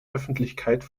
öffentlichkeit